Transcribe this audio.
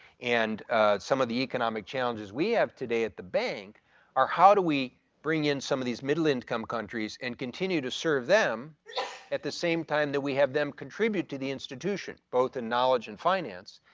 and some of the economic challenges we have today at the bank are how do we bring in some of these middle income countries and continue to serve them at the same time that we have them contribute to the institution both in knowledge and finance.